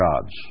gods